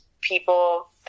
people